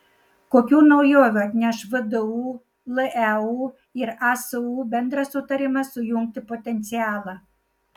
kokių naujovių atneš vdu leu ir asu bendras sutarimas sujungti potencialą